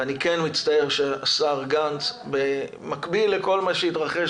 ואני כן מצטער שהשר גנץ, במקביל לכל מה שהתרחש